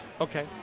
Okay